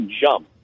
jump